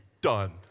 done